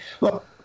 Look